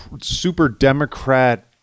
super-democrat